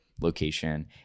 location